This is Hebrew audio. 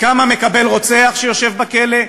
כמה מקבל רוצח שיושב בכלא,